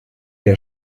der